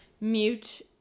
mute